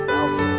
else